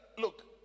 look